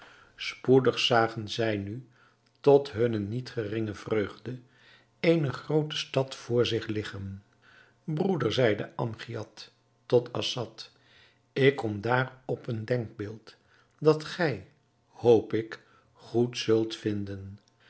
spoedig zagen zij nu tot hunne niet geringe vreugde eene groote stad voor zich liggen broeder zeide amgiad tot assad ik kom daar op een denkbeeld dat gij hoop ik goed zult vinden